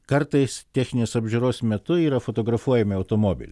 kartais techninės apžiūros metu yra fotografuojami automobiliai